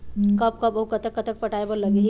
कब कब अऊ कतक कतक पटाए बर लगही